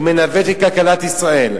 שמנווט את כלכלת ישראל,